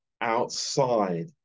outside